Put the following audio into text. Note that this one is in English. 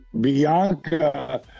Bianca